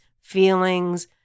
feelings